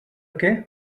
què